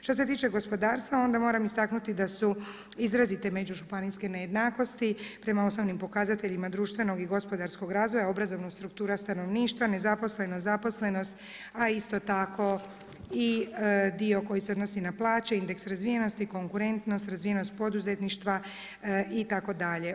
Što se tiče gospodarstva, onda moram istaknuti da su izrazite međužupanijske nejednakosti, prema osnovnim pokazateljima društvenog i gospodarskog razvoja, obrazovna struktura stanovništva, nezaposlenost, zaposlenost, a isto tako i dio koji se odnosi na plaće, indeks razvijenost, konkurentnost, razvijenost poduzetništva itd.